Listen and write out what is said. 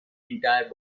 entire